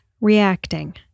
reacting